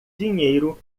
dinheiro